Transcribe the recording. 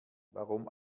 warum